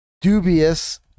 dubious